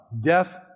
Death